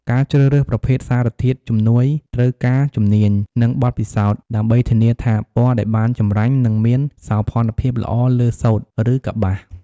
ការជ្រើសរើសប្រភេទសារធាតុជំនួយត្រូវការជំនាញ និងបទពិសោធន៍ ដើម្បីធានាថាពណ៌ដែលបានចម្រាញ់នឹងមាន សោភ័ណភាពល្អលើសូត្រ ឬកប្បាស។